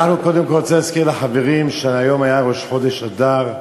אני רוצה להזכיר לחברים שהיום היה ראש חודש אדר,